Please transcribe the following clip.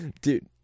Dude